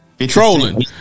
Trolling